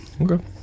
Okay